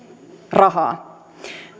rahaa